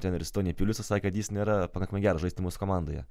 treneris tony piliusas sakė kad jis nėra pakankamai geras žaisti mūsų komandoje